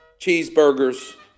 cheeseburgers